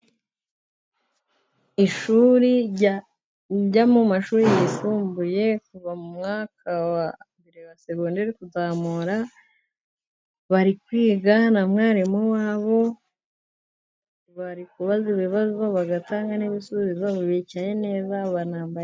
Ishuri ryo mu mashuri yisumbuye kuva mu mwaka wa mbere wa segonderi, kuzamura. Bari kwiga na mwarimu wabo. Bari kubaza ibibazo bagatanga n'ibisubizo bicane neza banambaye neza.